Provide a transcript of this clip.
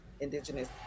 indigenous